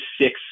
six